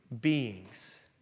beings